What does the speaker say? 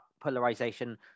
polarization